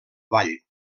vall